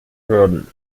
werden